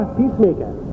peacemaker